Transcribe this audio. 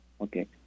okay